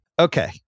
Okay